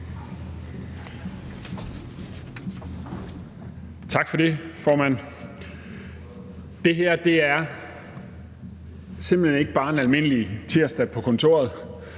Tak for det, formand. Det her er simpelt hen ikke bare en almindelig tirsdag på kontoret.